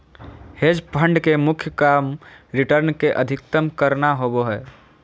hedge fund के मुख्य काम रिटर्न के अधीकतम करना होबो हय